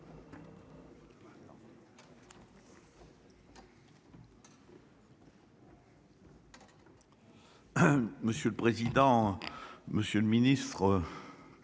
Monsieur le président. Monsieur le ministre.